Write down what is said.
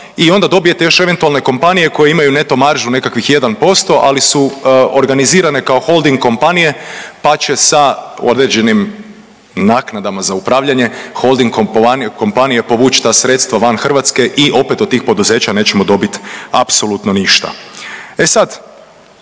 i onda dobijete još eventualne kompanije koje imaju neto maržu nekakvih 1%, ali su organizirane kao holding kompanije pa će sa određenim naknadama za upravljanje, holding kompanije povući ta sredstva van Hrvatske i opet od tih poduzeća nećemo dobiti apsolutno ništa. E sada